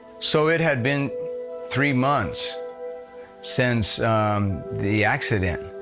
so it had been three months since the accident.